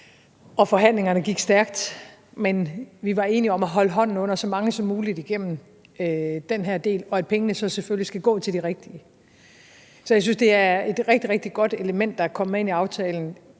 Forhandlingerne gik stærkt, men vi var enige om at holde hånden under så mange som muligt igennem den her del, og at pengene så selvfølgelig skal gå til de rigtige. Så jeg synes, det er et rigtig, rigtig godt element, der er kommet med ind i aftalen.